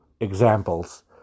examples